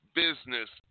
business